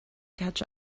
catch